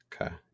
Okay